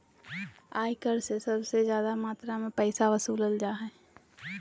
आय कर से सबसे ज्यादा मात्रा में पैसा वसूलल जा हइ